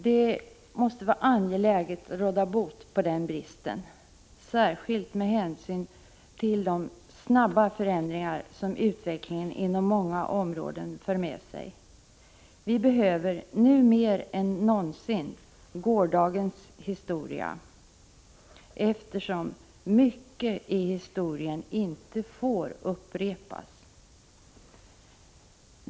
Det måste vara angeläget att råda bot på denna brist, särskilt med hänsyn till de snabba förändringar som utvecklingen inom många områden för med sig. Vi behöver nu mer än någonsin gårdagens historia, eftersom mycket i historien inte får upprepas.